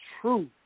truth